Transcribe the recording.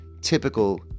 typical